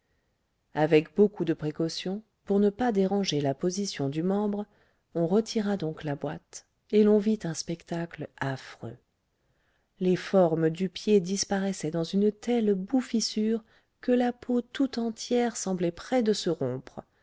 avec beaucoup de précautions pour ne pas déranger la position du membre on retira donc la boîte et l'on vit un spectacle affreux les formes du pied disparaissaient dans une telle bouffissure que la peau tout entière semblait près de se rompre